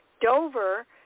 Dover